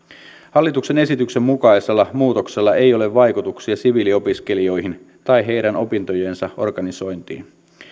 hallituksen esityksen mukaisella muutoksella ei ole vaikutuksia siviiliopiskelijoihin tai heidän opintojensa organisointiin